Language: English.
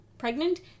pregnant